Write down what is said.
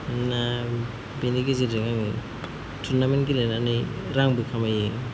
दा बिनि गेजेरजों आङो टुरनामेन्ट गेलेनानै रांबो खामायो